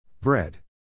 Bread